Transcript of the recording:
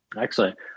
Excellent